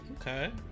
Okay